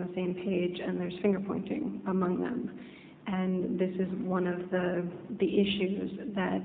on the same page and there's finger pointing among them and this is one of the the issues that